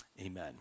amen